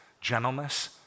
gentleness